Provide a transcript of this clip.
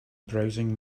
browsing